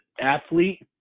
athlete